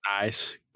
nice